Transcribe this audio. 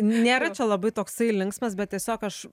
nėra čia labai toksai linksmas bet tiesiog aš